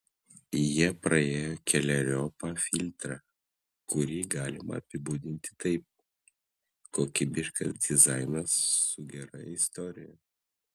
jie praėjo keleriopą filtrą kurį galima apibūdinti taip kokybiškas dizainas su gera istorija